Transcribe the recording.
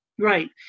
Right